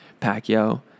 Pacquiao